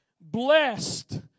blessed